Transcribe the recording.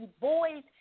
boys